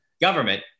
government